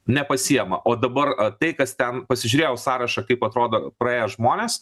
nepasiema o dabar tai kas ten pasižiūrėjau sąrašą kaip atrodo praėję žmonės